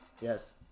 Yes